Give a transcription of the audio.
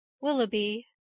Willoughby